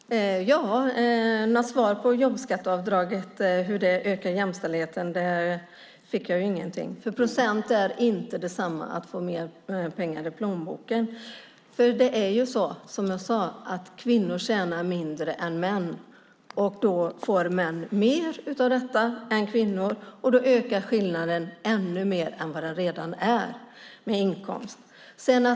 Herr talman! Något svar på hur jobbskatteavdraget ökar jämställdheten fick jag inte. Procent är inte detsamma som att få mer pengar i plånboken. Som jag sade tjänar kvinnor mindre än män. Då får män mer av detta än kvinnor. Då ökar skillnaden ännu mer i inkomst.